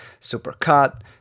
Supercut